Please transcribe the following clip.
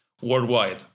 worldwide